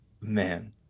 man